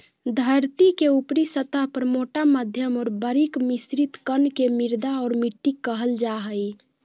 धरतीके ऊपरी सतह पर मोटा मध्यम और बारीक मिश्रित कण के मृदा और मिट्टी कहल जा हइ